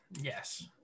Yes